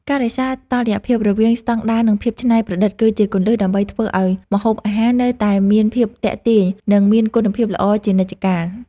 ការរក្សាតុល្យភាពរវាងស្តង់ដារនិងភាពច្នៃប្រឌិតគឺជាគន្លឹះដើម្បីធ្វើឲ្យម្ហូបអាហារនៅតែមានភាពទាក់ទាញនិងមានគុណភាពល្អជានិច្ចកាល។